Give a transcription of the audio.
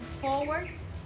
forward